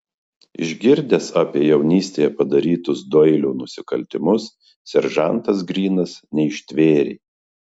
išgirdęs apie jaunystėje padarytus doilio nusikaltimus seržantas grynas neištvėrė